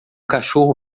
cachorro